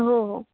हो हो